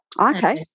Okay